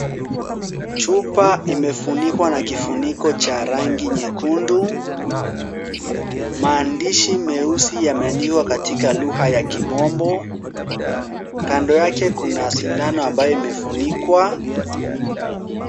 Chupa imefunikwa na kifuniko cha rangi nyekundu. Maandishi meusi yameandikwa katika lugha ya kimombo. Kando yake kuna sindano ambayo imefunikwa.